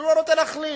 אני לא רוצה להכליל,